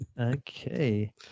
okay